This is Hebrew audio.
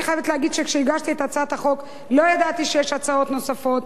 אני חייבת להדגיש שכשהגשתי את הצעת החוק לא ידעתי שיש הצעות נוספות.